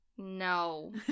no